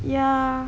ya